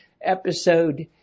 episode